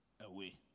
away